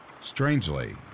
Strangely